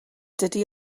dydy